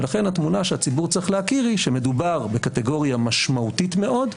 ולכן התמונה שהציבור צריך להכיר היא שמדובר בקטגוריה משמעותית מאוד,